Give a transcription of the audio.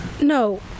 No